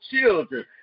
children